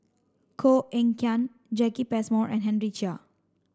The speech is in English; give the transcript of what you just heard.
Koh Eng Kian Jacki Passmore and Henry Chia